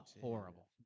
horrible